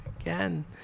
again